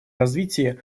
развитии